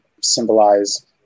symbolize